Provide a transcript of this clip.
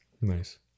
Nice